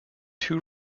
two